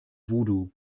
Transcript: voodoo